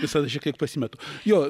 visada šiek tiek pasimetu jo